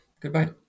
Goodbye